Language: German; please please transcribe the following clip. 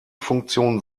funktion